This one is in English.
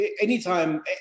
anytime